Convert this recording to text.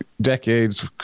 decades